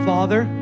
Father